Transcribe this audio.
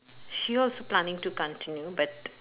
she was planning to continue but